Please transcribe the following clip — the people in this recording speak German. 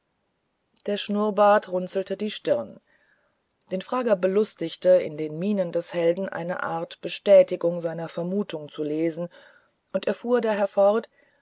der schnurrbart runzelte die stirn den frager belustigte in den mienen des helden eine art bestätigung seiner vermutung zu lesen und er fuhr daher fort